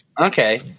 Okay